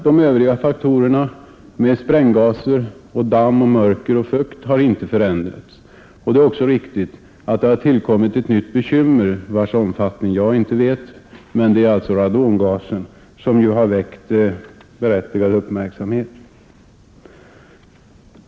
De övriga faktorerna med spränggaser, damm och mörker och fukt har inte förändrats, och det är också riktigt att det har tillkommit ett nytt bekymmer, vars omfattning jag inte vet, nämligen radongasen, som ju har väckt berättigad uppmärksamhet.